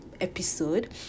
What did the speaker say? episode